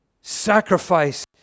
sacrifice